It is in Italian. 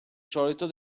solito